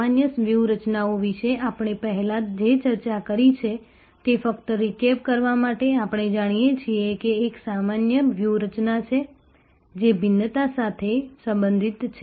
સામાન્ય વ્યૂહરચનાઓ વિશે આપણે પહેલા જે ચર્ચા કરી છે તે ફક્ત રીકેપ કરવા માટે આપણે જાણીએ છીએ કે એક સામાન્ય વ્યૂહરચના છે જે ભિન્નતા સાથે સંબંધિત છે